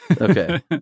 Okay